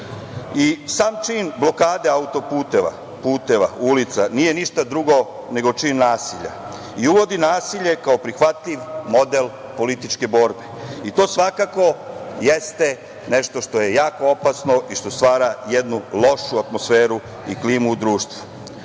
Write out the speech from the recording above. iste. Sam čin blokade auto-puteva, puteva, ulica nije ništa drugo nego čin nasilja i uvodi nasilje kao prihvatljiv model političke borbe i to svakako jeste nešto što je jako opasno i što stvara jednu lošu atmosferu i klimu u društvu.